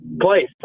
place